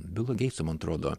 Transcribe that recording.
bilo geitso man atrodo